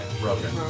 Broken